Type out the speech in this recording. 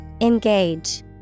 Engage